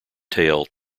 tale